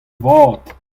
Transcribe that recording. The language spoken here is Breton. vat